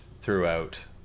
throughout